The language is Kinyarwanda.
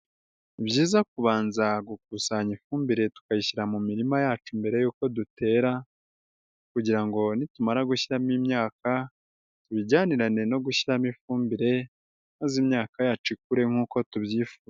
Ni byiza kubanza gukusanya ifumbire tukayishyira mu mirima yacu mbere yuko dutera kugira ngo nitumara gushyamo imyaka, tubijyanirane no gushyiramo ifumbire maze imyaka yacu ikure nkuko tubyifuza.